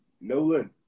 Nolan